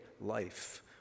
life